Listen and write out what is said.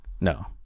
No